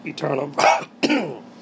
Eternal